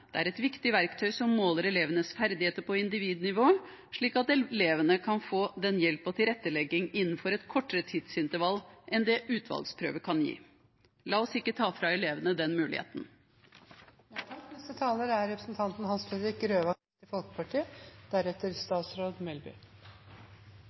Det er et viktig verktøy som måler elevenes ferdigheter på individnivå, slik at elevene kan få hjelp og tilrettelegging innenfor et kortere tidsintervall enn det utvalgsprøver kan gi. La oss ikke ta fra elevene den muligheten. Debatten om nasjonale prøver i grunnskolen ønsker Kristelig Folkeparti